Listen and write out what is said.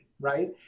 right